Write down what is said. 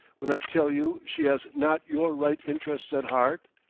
when i tell you she has not your right interests at heart,